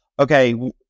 Okay